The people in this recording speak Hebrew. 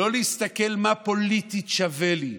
לא להסתכל מה פוליטית שווה לי.